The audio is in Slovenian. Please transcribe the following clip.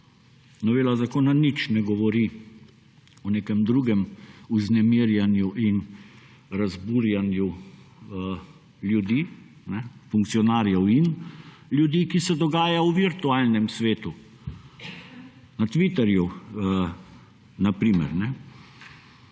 novela zakona nič ne govori o nekem drugem vznemirjanju in razburjanju ljudi, funkcionarjev in ljudi, ki se dogaja v virtualnem svetu, na Twitterju na primer.